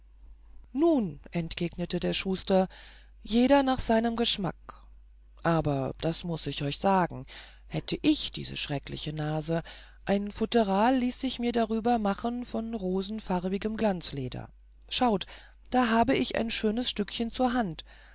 nun entgegnete der schuster jeder nach seinem geschmack aber das muß ich euch sagen hätte ich diese schreckliche nase ein futteral ließ ich mir darüber machen von rosenfarbigem glanzleder schaut da habe ich ein schönes stückchen zur hand